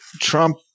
Trump